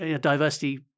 diversity